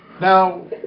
Now